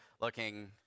looking